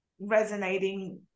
resonating